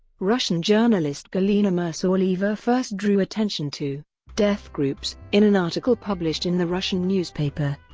russian journalist galina mursaliyeva first drew attention to death groups in an article published in the russian newspaper,